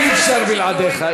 אי-אפשר בלעדיך.